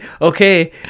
okay